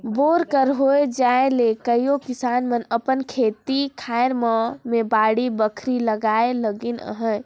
bore कर होए जाए ले कइयो किसान मन अपन खेते खाएर मन मे बाड़ी बखरी लगाए लगिन अहे